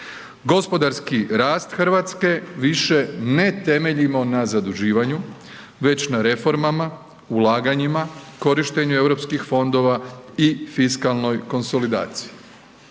Gospodarski rast Hrvatske više ne temeljimo na zaduživanju već na reformama, ulaganjima, korištenju europskih fondova i fiskalnoj konsolidaciji.